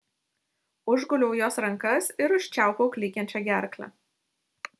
užguliau jos rankas ir užčiaupiau klykiančią gerklę